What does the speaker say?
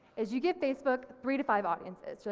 is you give facebook three to five audiences, you're